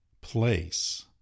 place